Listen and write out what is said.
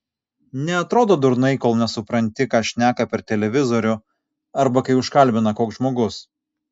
neatrodo durnai kol nesupranti ką šneka per televizorių arba kai užkalbina koks žmogus